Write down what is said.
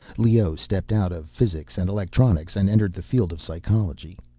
leoh stepped out of physics and electronics, and entered the field of psychology.